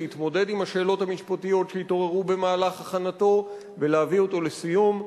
להתמודד עם השאלות המשפטיות שהתעוררו במהלך הכנתו ולהביא אותו לסיום.